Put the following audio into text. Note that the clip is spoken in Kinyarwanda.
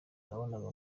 yabonaga